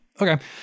Okay